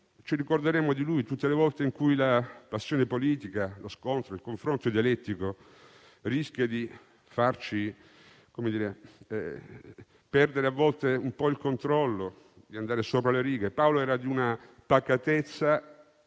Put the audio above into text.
ci ricorderemo di lui tutte le volte in cui la passione politica, lo scontro e il confronto dialettico rischieranno di farci perdere un po' il controllo, di andare sopra le righe. Paolo era di una pacatezza